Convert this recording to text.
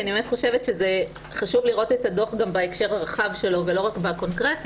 כי אני חושבת שחשוב לראות את הדוח גם בהקשר הרחב שלו ולא רק בקונקרטי,